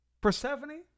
Persephone